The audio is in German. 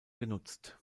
genutzt